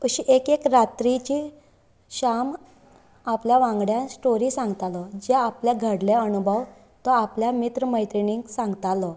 अशी एक एक रात्री जी श्याम आपल्या वांगडा स्टोरी सांगतालो जे आपल्याक घडले अणभव तो आपल्या मित्र मैत्रीणींक सांगतालो